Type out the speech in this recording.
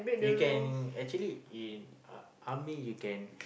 you can in actually in uh army you can